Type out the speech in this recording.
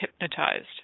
hypnotized